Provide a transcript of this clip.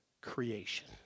creation